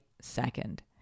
second